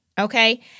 okay